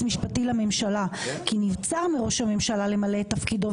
משפטי לממשלה כי נבצר מראש הממשלה למלא את תפקידו,